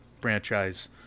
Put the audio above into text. franchise